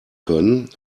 können